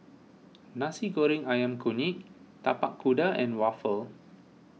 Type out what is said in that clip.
Nasi Goreng Ayam Kunyit Tapak Kuda and Waffle